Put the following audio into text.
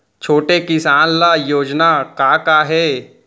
छोटे किसान ल योजना का का हे?